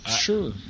Sure